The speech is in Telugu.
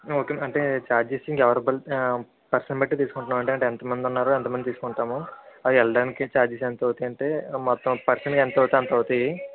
ఓకే అంటే ఛార్జెస్ అవైలబుల్ పర్సన్ బట్టి తీసుకుంటున్నామండీ అంటే ఎంతమంది ఉన్నారో అంతమంది తీసుకుంటాము అవి వెళ్ళడానికి ఛార్జెస్ ఎంతవుతాయంటే మొత్తం పర్సన్కి ఎంత అవుతే అంత అవుతాయి